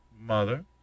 mother